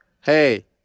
hey